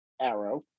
arrow